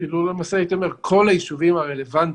אפילו למעשה הייתי אומר שכל היישובים הרלוונטיים,